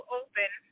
open